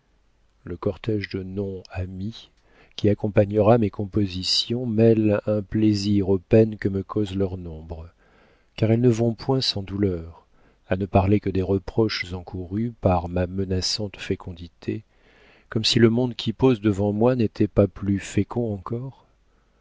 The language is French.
le cortége de noms amis qui accompagnera mes compositions mêle un plaisir aux peines que me cause leur nombre car elles ne vont point sans douleur à ne parler que des reproches encourus par ma menaçante fécondité comme si le monde qui pose devant moi n'était pas plus fécond encore